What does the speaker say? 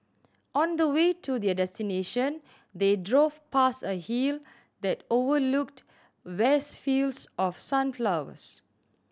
on the way to their destination they drove past a hill that overlooked vast fields of sunflowers